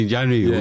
January